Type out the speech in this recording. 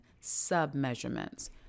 sub-measurements